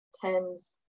TENS